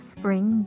Spring